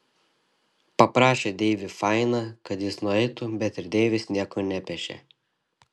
paprašė deivį fainą kad jis nueitų bet ir deivis nieko nepešė